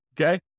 Okay